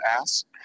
ask